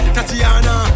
Tatiana